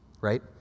right